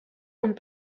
und